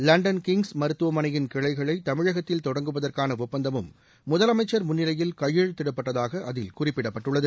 London King's மருத்துவமனையின் கிளைகளை தமிழகத்தில் தொடங்குவதற்கான ஒப்பந்தமும் முதலமைச்சர் முன்னிலையில் கையெழுத்திடப்பட்டதாக அதில் குறிப்பிடப்பட்டுள்ளது